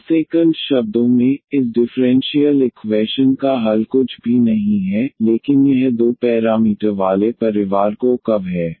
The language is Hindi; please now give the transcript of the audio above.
या सेकंड शब्दों में इस डिफ़्रेंशियल इक्वैशन का हल कुछ भी नहीं है लेकिन यह दो पैरामीटर वाले परिवार को कर्व है